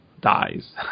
dies